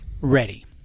Ready